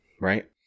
right